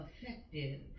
effective